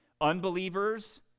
Unbelievers